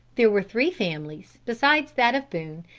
there were three families besides that of boone,